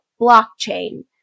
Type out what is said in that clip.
blockchain